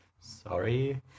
Sorry